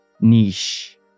niche